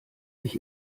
sich